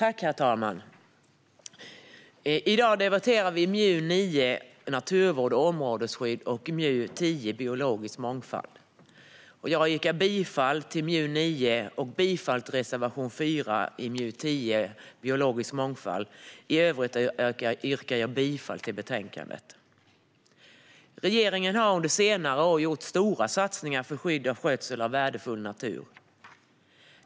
Herr talman! I dag debatterar vi MJU9 Naturvård och områdesskydd och MJU10 Biologisk mångfald . Jag yrkar bifall till utskottets förslag i betänkande MJU9. Vidare yrkar jag bifall till reservation 4 i MJU10 och under övriga punkter bifall till utskottets förslag. Regeringen har under senare år gjort stora satsningar för skydd och skötsel av värdefull natur.